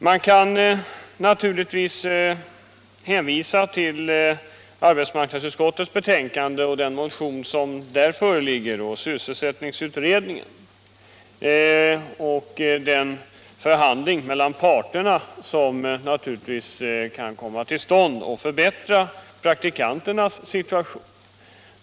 Man kan naturligtvis hänvisa till arbetsmarknadsutskottets betänkande, till den motion som behandlas där, till sysselsättningsutredningen och till den förhandling mellan parterna som givetvis kan komma till stånd och förbättra praktikanternas situation.